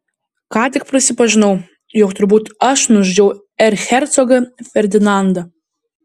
ką tik prisipažinau jog turbūt aš nužudžiau erchercogą ferdinandą